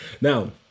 now